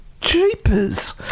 Jeepers